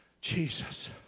Jesus